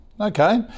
Okay